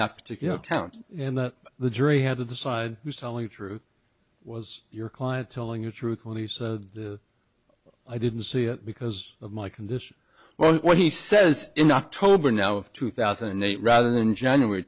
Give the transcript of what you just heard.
that particular town and that the jury had to decide who's telling the truth was your client telling the truth when he said i didn't see it because of my condition or what he says in october now of two thousand and eight rather than january